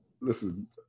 listen